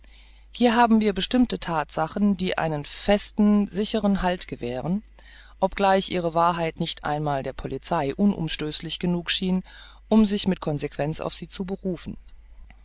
hier haben wir bestimmte thatsachen die einen festen sicheren halt gewähren obgleich ihre wahrheit nicht einmal der polizei unumstößlich genug schien um sich mit consequenz auf sie zu berufen